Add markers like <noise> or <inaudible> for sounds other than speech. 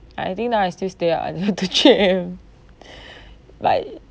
I think I still stay up like until <laughs> three A_M <breath> like